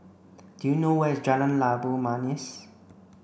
do you know where is Jalan Labu Manis